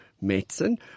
medicine